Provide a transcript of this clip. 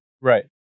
Right